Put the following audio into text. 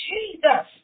Jesus